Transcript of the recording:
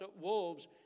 wolves